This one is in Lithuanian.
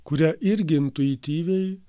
kurią irgi intuityviai